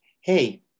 hey